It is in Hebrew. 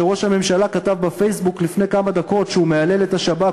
שראש הממשלה כתב בפייסבוק לפני כמה דקות שהוא מהלל את השב"כ,